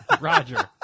Roger